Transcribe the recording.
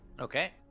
Okay